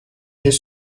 his